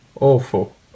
Awful